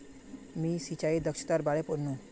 मी सिंचाई दक्षतार बारे पढ़नु